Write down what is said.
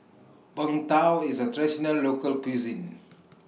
Png Tao IS A Traditional Local Cuisine